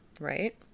right